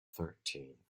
thirteenth